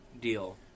deal